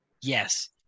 yes